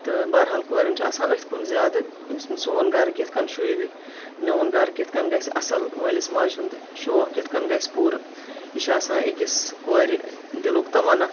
تہٕ بہرحال کورین چھُ آسان أتھۍ کُن زیادٕ سون گرٕ کِتھ کَن شوٗبہِ میون گرٕ کِتھ کَن گژھِ اَصٕل مٲلِس ماجہِ ہُنٛد شوق کِتھ کِنۍ گژھِ پوٗرٕ یہِ چھُ آسان أکِس کوٚرِ دِلُک تَمنا